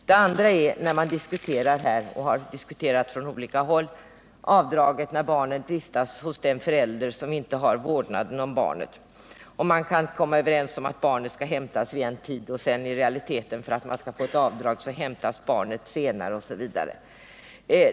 En annan sak som bör nämnas — och den frågan har diskuterats på olika håll — är avdragen när barnet vistas hos den förälder som inte har vårdnaden om barnet. Man kan ha kommit överens om att barnet skall hämtas vid en viss tidpunkt, men sedan görs inte detta i realiteten, utan för att man skall få ett avdrag hämtas barnet senare, osv.